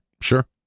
Sure